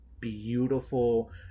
beautiful